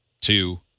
two